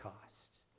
costs